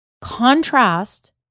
Contrast